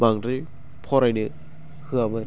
बांद्राय फरायनो होआमोन